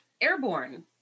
Airborne